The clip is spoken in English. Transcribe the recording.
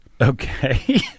Okay